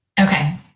Okay